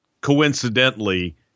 coincidentally